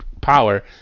power